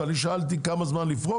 ואני שאלתי כמה זמן לפרוק,